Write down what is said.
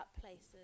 places